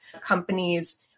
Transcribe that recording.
companies